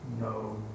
No